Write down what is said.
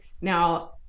Now